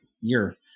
year